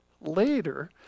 later